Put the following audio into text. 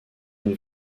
une